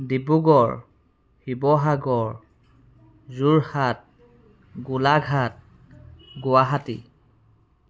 Dibrugarh Sivasagar Jorhat Golaghat Guwahati